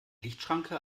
lichtschranke